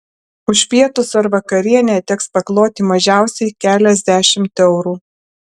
už pietus ar vakarienę teks pakloti mažiausiai keliasdešimt eurų